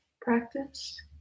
practice